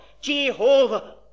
Jehovah